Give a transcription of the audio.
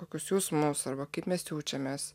kokius jausmus arba kaip mes jaučiamės